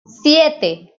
siete